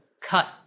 cut